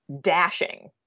dashing